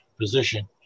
position